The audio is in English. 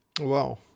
Wow